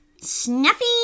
Snuffy